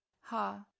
Ha